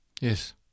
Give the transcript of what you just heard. Yes